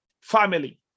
family